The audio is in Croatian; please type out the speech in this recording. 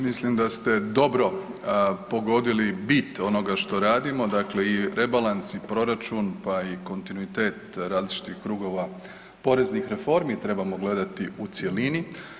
Mislim da ste dobro pogodili bit onoga što radimo, dakle i rebalans i proračun pa i kontinuitet različitih krugova poreznih reformi, trebamo gledati u cjelini.